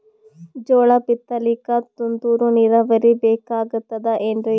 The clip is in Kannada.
ಜೋಳ ಬಿತಲಿಕ ತುಂತುರ ನೀರಾವರಿ ಬೇಕಾಗತದ ಏನ್ರೀ?